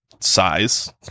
size